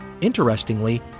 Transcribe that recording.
Interestingly